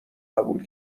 قبول